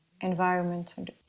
environment